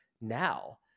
now